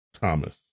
Thomas